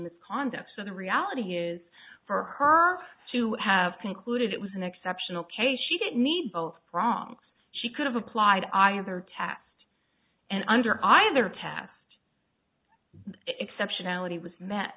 misconduct so the reality is for her to have concluded it was an exceptional case she didn't need both prongs she could have applied either test and under either test exceptionality was met